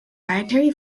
dietary